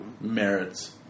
Merits